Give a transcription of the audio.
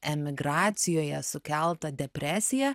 emigracijoje sukeltą depresiją